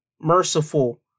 merciful